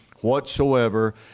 whatsoever